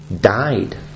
died